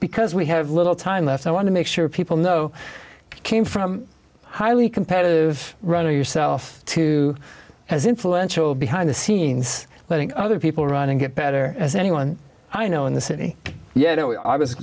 because we have little time left i want to make sure people know came from a highly competitive runner yourself too as influential behind the scenes letting other people run and get better as anyone i know in the city yet i was